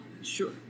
Sure